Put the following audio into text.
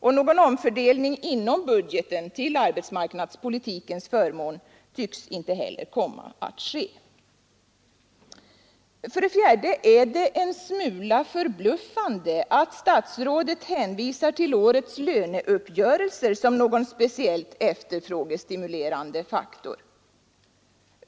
Någon omfördelning inom budgeten till arbetsmarknadspolitikens förmån tycks inte heller komma att ske. För det fjärde är det en smula förbluffande att statsrådet hänvisar till årets löneuppgörelser som någon speciellt efterfrågestimulerande faktor.